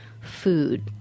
food